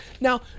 Now